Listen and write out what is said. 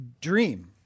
dream